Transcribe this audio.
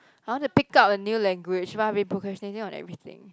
I want to pick up a new language but I've been procrastinating on everything